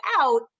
out